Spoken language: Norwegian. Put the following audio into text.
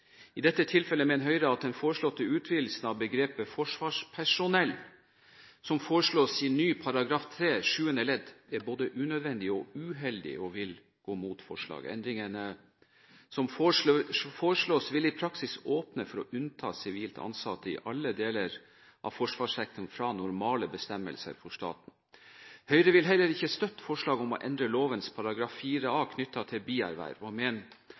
I dette tilfellet mener Høyre at den foreslåtte utvidelsen av begrepet «forsvarspersonell», som foreslås i ny § 3 sjuende ledd, er både unødvendig og uheldig, og vi vil gå imot forslaget. Endringene som foreslås, vil i praksis åpne for å unnta sivilt ansatte i alle deler av forsvarssektoren fra normale bestemmelser for staten. Høyre vil heller ikke støtte forslaget om å endre lovens § 4a knyttet til bierverv, og